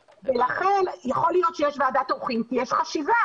לכן יכול להיות שיש ועדת עורכים כי יש חשיבה,